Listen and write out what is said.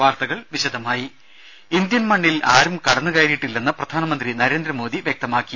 വാർത്തകൾ വിശദമായി ഇന്ത്യൻ മണ്ണിൽ ആരും കടന്നു കയറിയിട്ടില്ലെന്ന് പ്രധാനമന്ത്രി നരേന്ദ്രമോദി വ്യക്തമാക്കി